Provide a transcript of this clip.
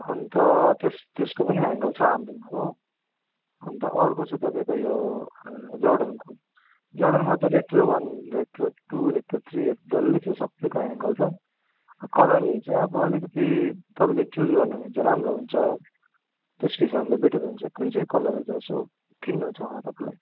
अन्त त्यस त्यसको पनि एङ्कल छ हाम्रोमा हो अन्त अर्को छ तपाईँको यो जर्डनको जर्डनमा त retro one retro two retro three यो डल्लै छ यो सबैको एङ्कल छ कलरहरू चाहिँ अब अलिकति तपाईँले चुज गर्नुभयो भने चाहिँ राम्रो हुन्छ त्यसको हिसाबले बेट्टर हुन्छ कुन चाहिँ कलरहरू चाहिँ यसो किन्नु छ होला तपाईँलाई